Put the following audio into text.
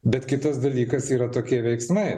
bet kitas dalykas yra tokie veiksmai